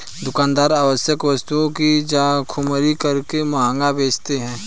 दुकानदार आवश्यक वस्तु की जमाखोरी करके महंगा बेचते है